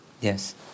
Yes